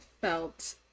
felt